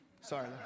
Sorry